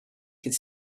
could